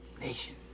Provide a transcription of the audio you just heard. Nation